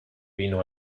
vino